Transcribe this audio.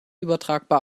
übertragbar